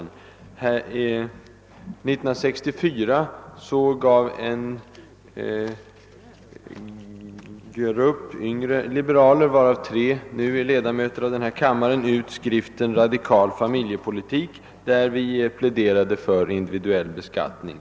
År 1964 gav en grupp yngre liberaler — av vilka tre nu är ledamöter av denna kammare — ut skriften Radikal familjepolitik, där vi pläderade för individuell beskattning.